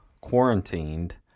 quarantined